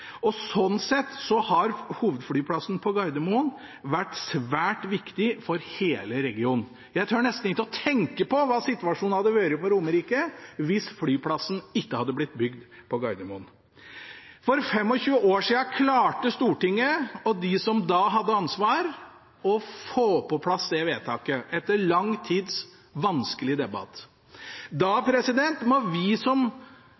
fungere. Sånn sett har hovedflyplassen på Gardermoen vært svært viktig for hele regionen. Jeg tør nesten ikke tenke på hva situasjonen hadde vært for Romerike hvis flyplassen ikke hadde blitt bygd på Gardermoen. For 25 år siden klarte Stortinget og de som da hadde ansvar, å få på plass dette vedtaket etter lang tids vanskelig debatt. Da må vi som